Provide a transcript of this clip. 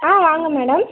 ஆ வாங்க மேடம்